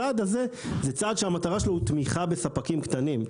הצעד הזה הוא צעד שמטרתו היא תמיכה בספקים קטנים.